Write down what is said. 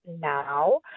now